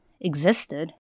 existed